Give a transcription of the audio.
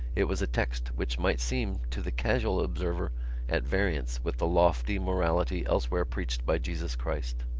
it was a text which might seem to the casual observer at variance with the lofty morality elsewhere preached by jesus christ.